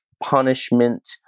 Punishment